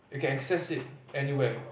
you can access it anywhere